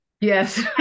Yes